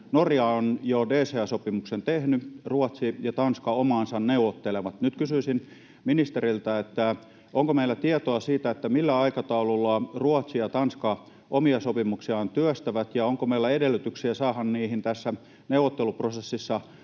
Norja on jo DCA-sopimuksen tehnyt, Ruotsi ja Tanska omaansa neuvottelevat. Nyt kysyisin ministeriltä: Onko meillä tietoa siitä, millä aikataululla Ruotsi ja Tanska omia sopimuksiaan työstävät? Onko meillä edellytyksiä saada niihin tässä neuvotteluprosessissa